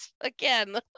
again